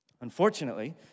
Unfortunately